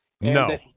No